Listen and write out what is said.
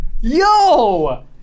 Yo